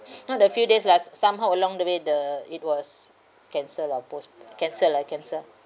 not a few days lah s~ somehow along the way the it was cancer lah post cancer lah cancer